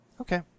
Okay